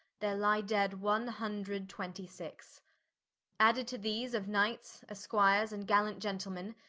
there lye dead one hundred twentie six added to these, of knights, esquires, and gallant gentlemen,